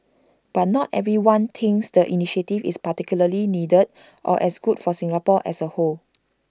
but not everyone thinks the initiative is particularly needed or as good for Singapore as A whole